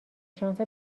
شانس